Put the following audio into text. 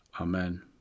Amen